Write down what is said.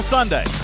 Sunday